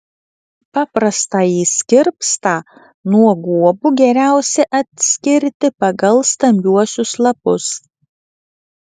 paprastąjį skirpstą nuo guobų geriausia atskirti pagal stambiuosius lapus